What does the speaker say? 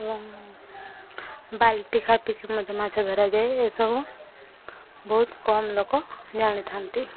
ଏବଂ ବାଲଟି ଖାପିକି ମଧ୍ୟ ମାଛ ଧରାଯାଏ ଏସବୁ ବହୁତ କମ୍ ଲୋକ ଜାଣିଥାନ୍ତି